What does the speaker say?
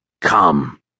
Come